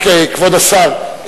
רק כבוד השר,